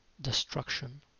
destruction